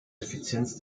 effizienz